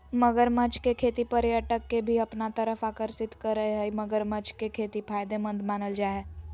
मगरमच्छ के खेती पर्यटक के भी अपना तरफ आकर्षित करअ हई मगरमच्छ के खेती फायदेमंद मानल जा हय